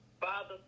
Father